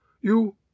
You